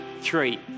three